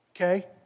okay